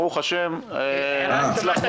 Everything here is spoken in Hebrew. ברוך השם, הצלחנו.